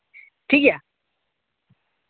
ᱴᱷᱤᱠ ᱜᱮᱭᱟ